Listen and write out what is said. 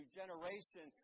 generation